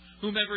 Whomever